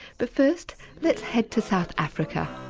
but first let's head to south africa.